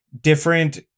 different